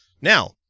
Now